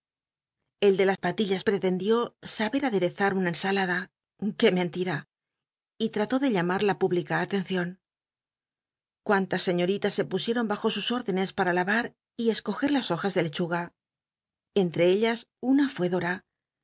el de las patillas pretendió saber aderezar una ensalada qué mentira y trató de llamar la pública atencion cuantüs señoritas se pusieron bajo sus órdenes para lava y escoger las hojas de lechuga entre ellas una fué dora